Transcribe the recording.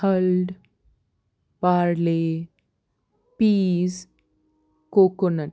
hulled barley peas coconut